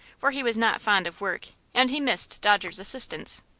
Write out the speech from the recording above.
for he was not fond of work, and he missed dodger's assistance.